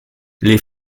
les